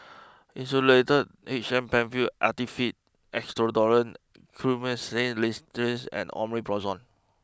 Insulatard H M Penfill Actified Expectorant Guaiphenesin Linctus and Omeprazole